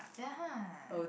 ya